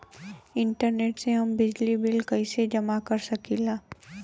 Internet से हम बिजली बिल कइसे जमा कर सकी ला?